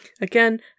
again